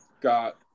got